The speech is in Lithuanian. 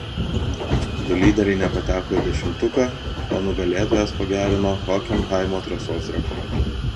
du lyderiai nepateko į dešimtuką o nugalėtojas pagerino hokenhaimo trasos rekordą